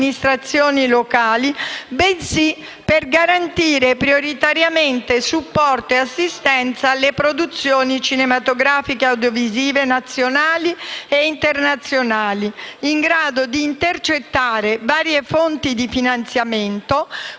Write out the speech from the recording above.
amministrazioni locali, bensì per garantire prioritariamente supporto e assistenza alle produzioni cinematografiche e audiovisive nazionali e internazionali, in grado di intercettare varie fonti di finanziamento